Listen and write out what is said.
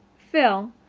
phil,